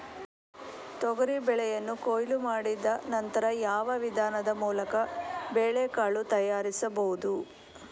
ತೊಗರಿ ಬೇಳೆಯನ್ನು ಕೊಯ್ಲು ಮಾಡಿದ ನಂತರ ಯಾವ ವಿಧಾನದ ಮೂಲಕ ಬೇಳೆಕಾಳು ತಯಾರಿಸಬಹುದು?